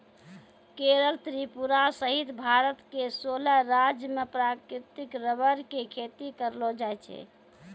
केरल त्रिपुरा सहित भारत के सोलह राज्य मॅ प्राकृतिक रबर के खेती करलो जाय छै